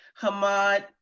Hamad